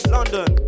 London